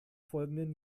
folgenden